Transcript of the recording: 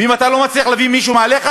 ואם אתה לא מצליח להביא מישהו מעליך,